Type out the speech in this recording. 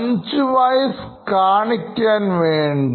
അഞ്ച് വൈസ് കാണിക്കാൻ വേണ്ടി